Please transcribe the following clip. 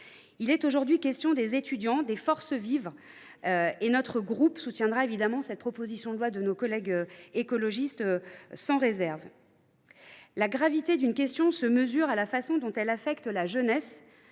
Il est aujourd’hui question des étudiants, des forces vives ; notre groupe soutiendra évidemment sans réserve cette proposition de loi de nos collègues écologistes. « La gravité d’une question se mesure à la façon dont elle affecte la jeunesse